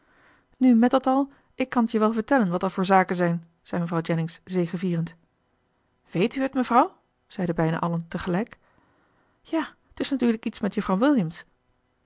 nu met dat al ik kan t je wel vertellen wat dat voor zaken zijn zei mevrouw jennings zegevierend weet u het mevrouw zeiden bijna allen tegelijk ja t is natuurlijk iets met juffrouw williams